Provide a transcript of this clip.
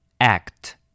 Act